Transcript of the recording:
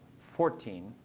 fourteen.